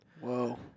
Whoa